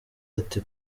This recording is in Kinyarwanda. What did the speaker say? ati